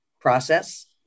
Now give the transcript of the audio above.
process